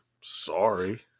sorry